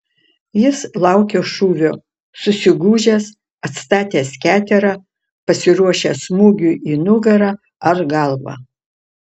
jis laukia šūvio susigūžęs atstatęs keterą pasiruošęs smūgiui į nugarą ar galvą